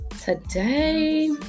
today